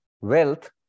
wealth